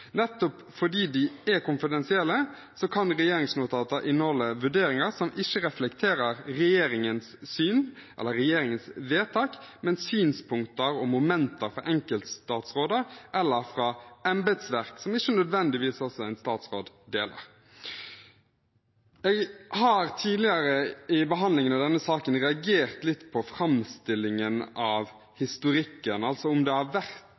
Nettopp fordi de er konfidensielle, kan regjeringsnotater inneholde vurderinger som ikke reflekterer regjeringens syn eller regjeringens vedtak, men synspunkter og momenter fra enkeltstatsråder eller fra embetsverk, som ikke nødvendigvis en statsråd deler. Jeg har tidligere i behandlingen av denne saken reagert litt på framstillingen av historikken, om det har